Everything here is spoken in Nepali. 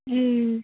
ए